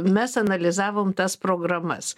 mes analizavom tas programas